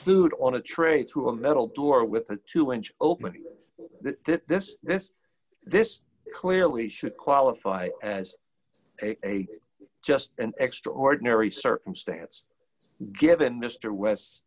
food on a tray through a metal door with a two inch opening with this this this clearly should qualify as a just an extraordinary circumstance given mister west